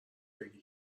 بگی